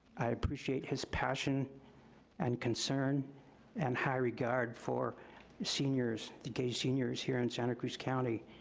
i appreciate his passion and concern and high regard for seniors, engaged seniors here in santa cruz county.